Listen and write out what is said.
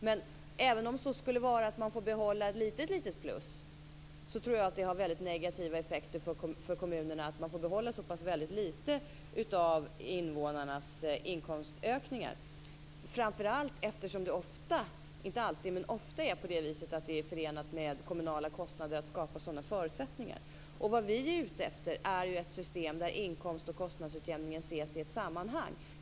Men även om kommunerna får behålla ett litet plus, tror jag att det får negativa effekter för kommunerna att de får behålla så pass lite av invånarnas inkomstökningar. Det gäller framför allt som det ofta - inte alltid - är förenat med kommunala kostnader att skapa sådana förutsättningar. Vi är ute efter ett system där inkomst och kostnadsutjämningen ses i ett sammanhang.